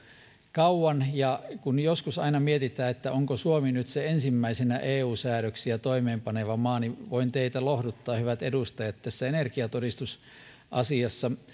kauan ja kun joskus aina mietitään onko suomi nyt se ensimmäisenä eu säädöksiä toimeenpaneva maa niin voin teitä lohduttaa hyvät edustajat että tässä energiatodistusasiassa